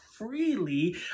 freely